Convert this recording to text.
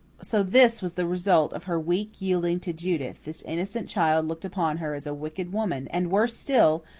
so this was the result of her weak yielding to judith this innocent child looked upon her as a wicked woman, and, worse still,